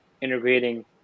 integrating